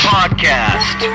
Podcast